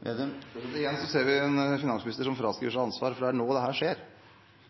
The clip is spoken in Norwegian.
Trygve Slagsvold Vedum – til oppfølgingsspørsmål. Igjen ser vi en finansminister som fraskriver seg ansvar, for det er nå dette skjer. Det